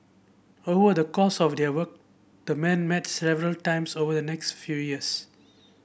over the course of their work the man met several times over the next few years